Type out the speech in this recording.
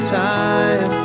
time